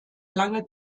lange